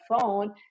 phone